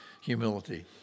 humility